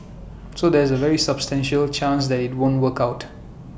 so there's A very substantial chance that IT won't work out